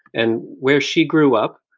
and where she grew up,